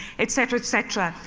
etc, etc.